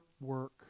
work